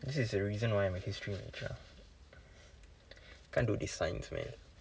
this is the reason why I am a history major can't do this science man